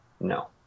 No